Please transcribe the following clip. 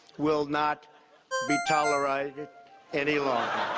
will not be toleri any longer.